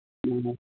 ꯑ